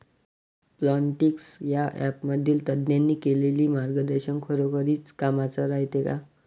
Plantix या ॲपमधील तज्ज्ञांनी केलेली मार्गदर्शन खरोखरीच कामाचं रायते का?